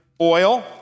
oil